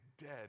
dead